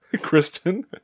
Kristen